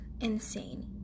insane